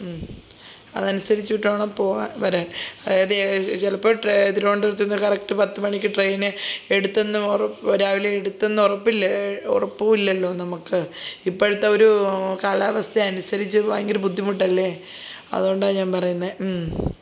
അതനുസരിച്ചിട്ടാണ് പോകാൻ വരാൻ ആയത് ചിലപ്പോൾ തിരുവനന്തപുരത്തി നിന്ന് കറക്ട് പത്ത് മണിക്ക് ട്രെയിന് എടുത്തെന്നു ഉറപ്പ് രാവിലെ എടുത്തെന്ന് ഉറപ്പില്ലേ ഉറപ്പും ഇല്ലല്ലോ നമുക്ക് ഇപ്പോഴത്തെ ഒരു കാലാവസ്ഥ അനുസരിച്ച് ഭയങ്കര ബുദ്ധിമുട്ടല്ലേ അതുകൊണ്ടാണ് ഞാൻ പറയുന്നത്